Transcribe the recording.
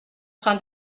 train